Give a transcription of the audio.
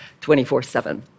24-7